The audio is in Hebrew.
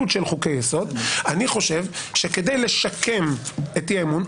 אני חושב שכדי לשקם את אי האמון,